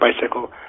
bicycle